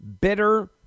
bitter